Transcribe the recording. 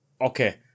Okay